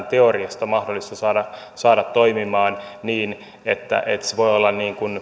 teoriassa mahdollista saada saada toimimaan niin että se voi olla